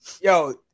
Yo